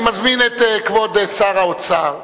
אני מזמין את כבוד שר האוצר.